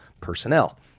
personnel